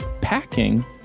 packing